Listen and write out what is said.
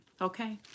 Okay